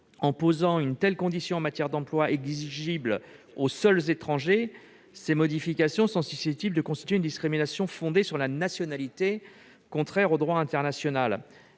en posant une telle condition en matière d'emploi, exigible aux seuls étrangers, ces modifications sont susceptibles de constituer une discrimination fondée sur la nationalité, contraire au droit international.